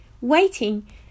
Waiting